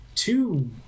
Two